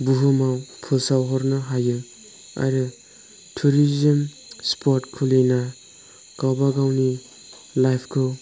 बुहुमाव फोसाव हरनो हायो आरो टुरिजोम स्प'ट खुलिना गावबागावनि लाइफखौ